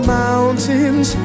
mountains